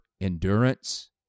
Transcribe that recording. endurance